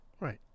Right